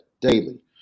daily